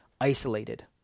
isolated